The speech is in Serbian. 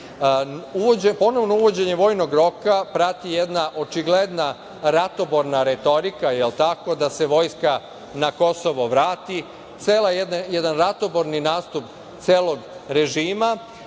Ponovno uvođenje vojnog roka prati jedna očigledna ratoborna retorika, jel tako, da se vojska na Kosovo vrati, ceo jedan ratoborni nastup celog režima.